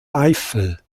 eifel